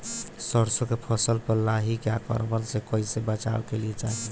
सरसो के फसल पर लाही के आक्रमण से कईसे बचावे के चाही?